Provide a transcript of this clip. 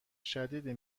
شدیدی